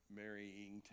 marrying